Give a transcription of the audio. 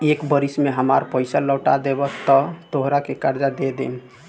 एक बरिस में हामार पइसा लौटा देबऽ त तोहरा के कर्जा दे देम